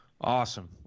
awesome